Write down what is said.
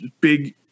big